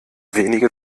wenige